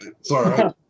sorry